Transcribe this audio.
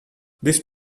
this